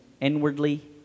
inwardly